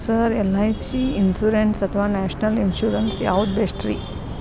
Sir LIC insurance ಅಥವಾ national insurance ಯಾವುದು ಬೆಸ್ಟ್ರಿ?